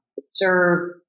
serve